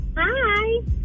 Hi